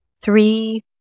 three